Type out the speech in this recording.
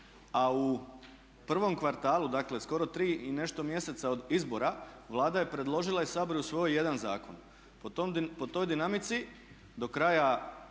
a u prvom kvartalu dakle skoro 3 i nešto mjeseca od izbora Vlada je predložila i Sabor je usvojio 1 zakon. Po toj dinamici do kraja